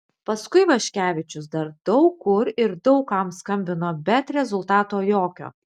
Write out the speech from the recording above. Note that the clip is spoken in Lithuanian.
paskui vaškevičius dar daug kur ir daug kam skambino bet rezultato jokio